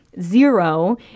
zero